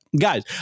guys